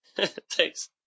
Thanks